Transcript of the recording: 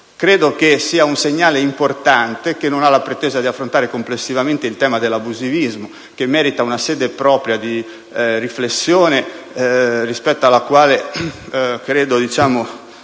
Credo sia un segnale importante: esso non ha la pretesa di affrontare complessivamente il tema dell'abusivismo, che merita una sede propria di riflessione e rispetto al quale a mio avviso